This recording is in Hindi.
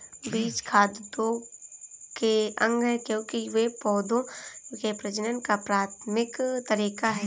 बीज खाद्य उद्योग के अंग है, क्योंकि वे पौधों के प्रजनन का प्राथमिक तरीका है